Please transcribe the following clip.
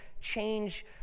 change